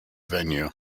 venue